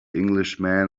englishman